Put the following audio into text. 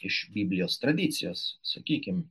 iš biblijos tradicijos sakykim